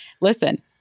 Listen